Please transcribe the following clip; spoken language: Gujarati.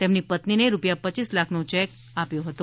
તેમની પત્નીને રૂપિયા પચ્યીસ લાખનો ચેક આપ્યો હતોં